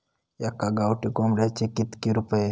एका गावठी कोंबड्याचे कितके रुपये?